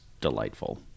delightful